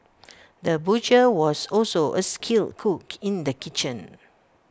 the butcher was also A skilled cook in the kitchen